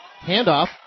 handoff